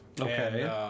Okay